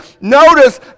Notice